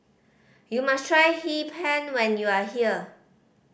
you must try Hee Pan when you are here